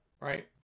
right